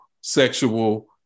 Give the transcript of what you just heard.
sexual